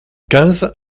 quinze